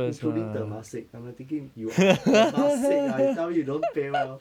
including Temasek I'm like thinking you are Temasek lah you're telling me you don't pay well